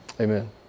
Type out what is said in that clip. Amen